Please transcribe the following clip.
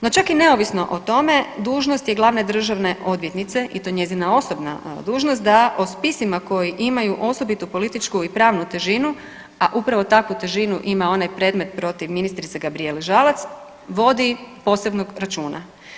No, čak i neovisno o tome dužnost je glavne državne odvjetnice i to je njezina osobna dužnost da o spisima koji imaju osobitu političku i pravnu težinu, a upravo takvu težinu ima onaj predmet protiv ministrice Gabrijele Žalac vodi posebnog računa.